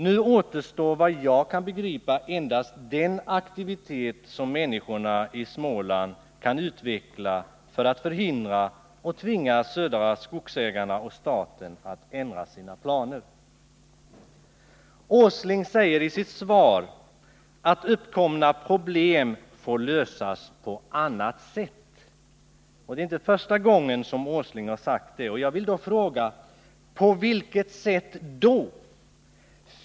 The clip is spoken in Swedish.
Då återstår vad jag kan begripa endast den aktivitet som människorna i Småland kan utveckla för att förhindra nedläggningar och tvinga Södra Skogsägarna och staten att ändra sina planer. Industriminister Åsling säger i sitt svar att uppkomna problem får lösas på annat sätt. Det är inte första gången som herr Åsling har sagt det, och jag vill då fråga: På vilket sätt då?